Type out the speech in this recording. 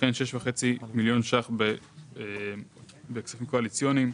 וכן 6,5 מיליון שקלים בכספים קואליציוניים,